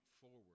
forward